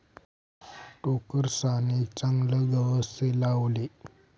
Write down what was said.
टोकरसान एक चागलं गवत से लावले